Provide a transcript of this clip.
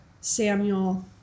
Samuel